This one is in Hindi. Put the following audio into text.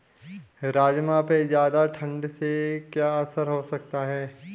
राजमा पे ज़्यादा ठण्ड से क्या असर हो सकता है?